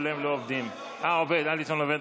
ייצוג הולם לאוכלוסייה הערבית במוסדות התכנון),